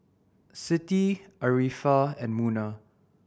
Siti Arifa and Munah